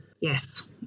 yes